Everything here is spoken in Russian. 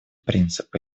принципы